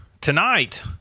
Tonight